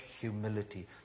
humility